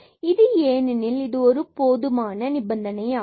இது ஏனெனில் இது ஒரு போதுமான நிபந்தனையாகும்